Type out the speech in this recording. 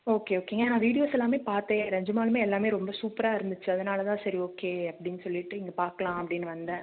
okay ஓகேங்க நான் videos எல்லாமே பார்த்தேன் ஏன் நிஜமாலுமே எல்லாமே ரொம்ப சூப்பராக இருந்துச்சு அதனால தான் சரி ஓகே அப்படின்னு சொல்லிவிட்டு இங்கே பார்க்கலாம் அப்படின்னு வந்தேன்